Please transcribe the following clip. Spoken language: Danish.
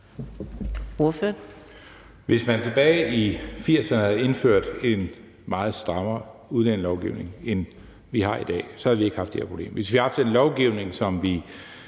Hvis man tilbage i 1980'erne havde indført en meget strammere udlændingelovgivning, end vi har i dag, havde vi ikke haft de her problemer. Hvis vi havde haft en lovgivning, som